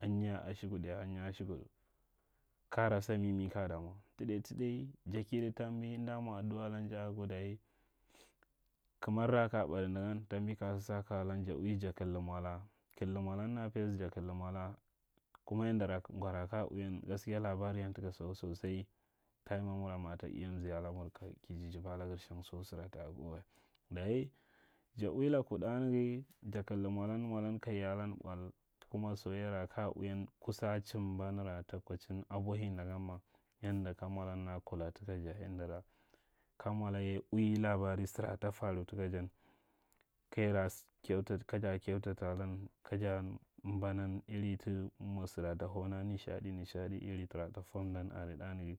Asinya ashukud, asinya ashukud kaya rasa mimi kaya ta mwa. Ta ɗai ta ɗai, ja kada tanbi. amda mwa adna alan, ja ago dayi kamara kaya ɓaɗi nda gan tambi ka sa sakalan, ja ui ja kalda mwala, kaida mwabu ra fes ja kalda mwala, kuma yandara ngwara ka ui yar taka so sosai, tayamaramuran aba mzi ki jajaba lagar shang so sara ta ago wa. Dayi ja ui laka ɗa naga, ja kalda mwalan, mwalan ka yau alan pal. Kuma soyayyara kaya ui yan kusa chimba nara ta kwacin abwahi nda gan ma, yanda ka mwalan a kula taka a, yandara ka mwalan ye ui habari sara ta fare taka jan kayaras, kaja kyantata alan, kaja mbanan iri nir, sara ta hau ni a nishaɗi nishaɗi iri sarata fwandan are ɗa naga,